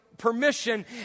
permission